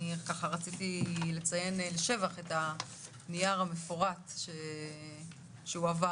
רציתי לציין לשבח את הנייר המפורט שהועבר